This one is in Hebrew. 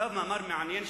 הוא כתב מאמר מעניין,